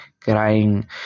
crying